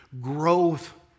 Growth